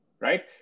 right